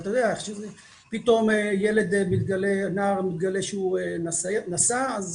פתאום מתגלה שנער שהוא נשא, אז